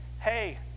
Hey